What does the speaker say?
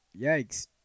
Yikes